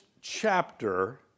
chapter